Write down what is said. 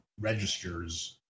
registers